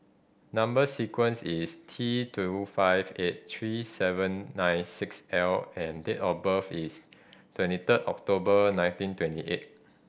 number sequence is T two five eight three seven nine six L and date of birth is twenty third October nineteen twenty eight